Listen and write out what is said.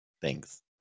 Thanks